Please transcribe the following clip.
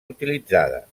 utilitzada